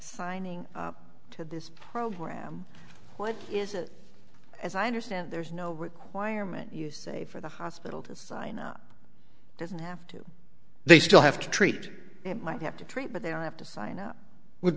signing up to this program what is it as i understand there's no requirement you say for the hospital to sign up doesn't have to they still have to treat it might have to treat but there i have to sign up with